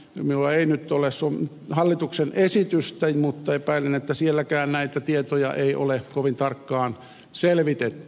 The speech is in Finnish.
minulla ei nyt ole hallituksen esitystä mutta epäilen että sielläkään näitä tietoja ei ole kovin tarkkaan selvitetty